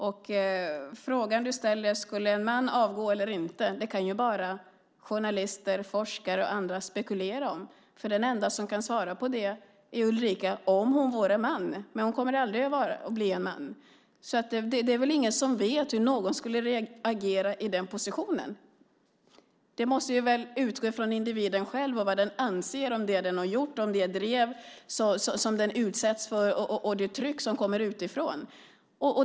Du ställer frågan om ifall en man skulle avgå eller inte. Det kan bara journalister, forskare och andra spekulera om. Den enda som skulle kunna svara på den fråga är Ulrica, om hon vore man. Men hon kommer aldrig att bli en man. Det är ingen som vet hur någon skulle agera i den positionen. Det måste utgå från individen själv och vad hon eller han anser om det man har gjort, om det drev man utsätts för och det tryck som kommer utifrån.